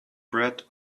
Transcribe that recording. bred